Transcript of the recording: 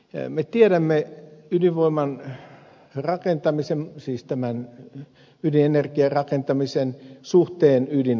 me tiedämme ydinvoimarakentamisen siis tämän ydinenergiarakentamisen suhteen ydinaseisiin